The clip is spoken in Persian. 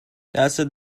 دستت